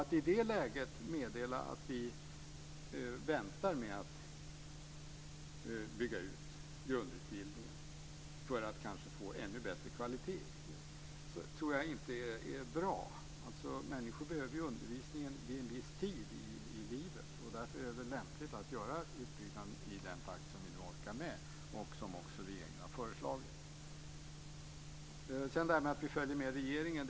Att i det läget meddela att vi väntar med att bygga ut grundutbildningen för att kanske få en ännu bättre kvalitet i den tror jag inte är bra. Människor behöver ju undervisningen vid en viss tid i livet. Därför är det väl lämpligt att göra utbyggnaden i den takt som vi orkar med och som också regeringen har föreslagit. Sedan vill jag kommentera det som sades om att vi följer regeringen.